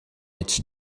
its